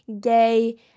gay